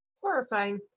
Horrifying